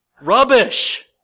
Rubbish